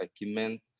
equipment